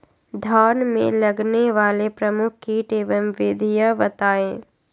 धान में लगने वाले प्रमुख कीट एवं विधियां बताएं?